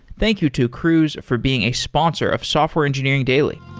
thank you to cruise for being a sponsor of software engineering daily